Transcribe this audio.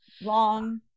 long